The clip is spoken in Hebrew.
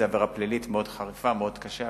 זו עבירה פלילית מאוד חריפה, מאוד קשה.